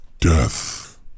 Death